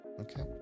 okay